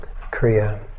Kriya